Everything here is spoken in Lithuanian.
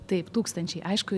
taip tūkstančiai aišku